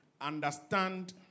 understand